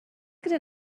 gyda